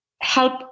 help